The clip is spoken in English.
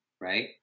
right